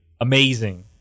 amazing